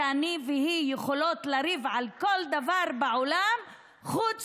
שאני והיא יכולות לריב על כל דבר בעולם חוץ